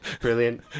Brilliant